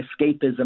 escapism